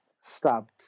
stabbed